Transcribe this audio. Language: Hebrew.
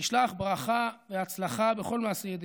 וישלח ברכה והצלחה בכל מעשה ידיהם.